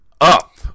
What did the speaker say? up